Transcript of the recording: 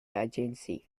agency